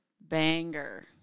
Banger